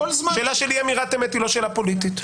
שאלה של אי-אמירת אמת היא לא שאלה פוליטית.